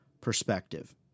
perspective